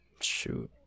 Shoot